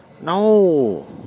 No